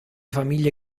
famiglie